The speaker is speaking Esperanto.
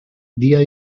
dia